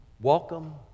welcome